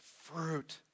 fruit